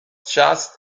just